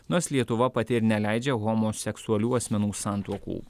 nors lietuva pati ir neleidžia homoseksualių asmenų santuokų